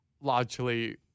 largely